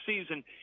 season